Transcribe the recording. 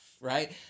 right